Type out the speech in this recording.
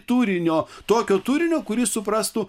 turinio tokio turinio kurį suprastų